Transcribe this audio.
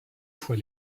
fois